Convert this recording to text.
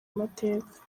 mateka